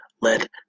let